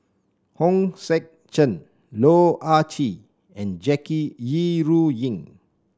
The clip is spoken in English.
Hong Sek Chern Loh Ah Chee and Jackie Yi Ru Ying